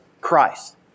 Christ